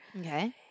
Okay